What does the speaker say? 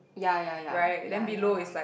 ya ya ya ya ya ya